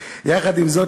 יחד עם זאת,